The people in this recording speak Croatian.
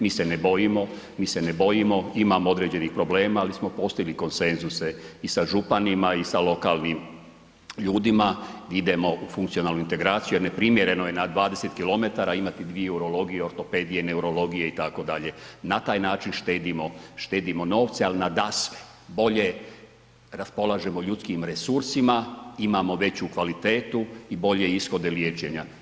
Mi se ne bojimo, mi se ne bojimo, imamo određenih problema, ali smo postigli konsenzuse i sa županima i sa lokalnim ljudima, idemo u funkcionalnu integraciju jer neprimjereno je na 20 kilometara imati dvije urologije, ortopedije, neurologije itd., na taj način štedimo, štedimo novce, ali nadasve bolje raspolažemo ljudskim resursima, imamo veću kvalitetu i bolje ishode liječenja.